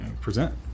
present